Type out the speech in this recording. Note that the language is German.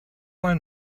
mal